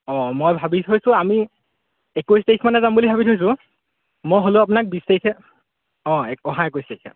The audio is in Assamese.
অঁ মই ভাবি থৈছোঁ আমি একৈছ তাৰিখ মানে যাম বুলি ভাবি থৈছোঁ মই হ'লেও আপোনাক বিছ তাৰিখে অঁ অহা একৈছ তাৰিখে